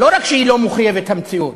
לא רק שהיא לא מחויבת המציאות,